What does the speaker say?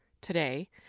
today